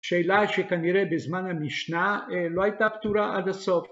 שאלה שכנראה בזמן המשנה לא הייתה פתורה עד הסוף